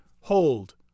Hold